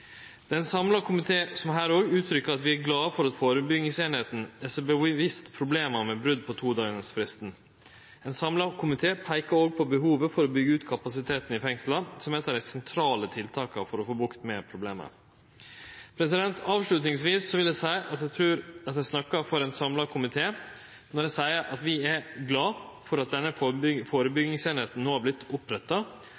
Ein samla komité seier at dei er glade for at førebyggingseininga er seg bevisst problema med brot på todagarsfristen. Ein samla komité peikar også på behovet for å byggje ut kapasiteten i fengsla som eit av dei sentrale tiltaka for å få bukt med problema. Til slutt vil eg seie at eg trur eg snakkar for ein samla komité når eg seier at vi er glade for at denne